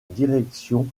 direction